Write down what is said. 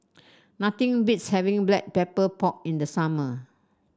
nothing beats having Black Pepper Pork in the summer